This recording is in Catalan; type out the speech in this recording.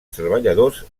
treballadors